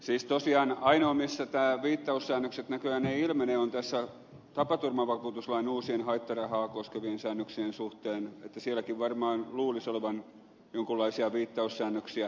siis tosiaan ainoa missä nämä viittaussäännökset näköjään eivät ilmene on tapaturmavakuutuslain uudet haittarahaa koskevat säännökset sielläkin varmaan luulisi olevan jonkunlaisia viittaussäännöksiä